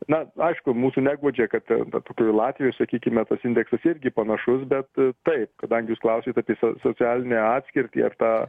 na aišku mūsų neguodžia kad va tokioj latvijos sakykime tas indeksas irgi panašus bet taip kadangi jūs klausėt apie socialinę atskirtį ar tą